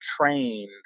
trained